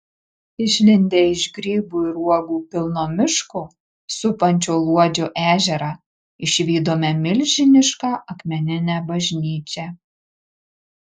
išlindę iš grybų ir uogų pilno miško supančio luodžio ežerą išvydome milžinišką akmeninę bažnyčią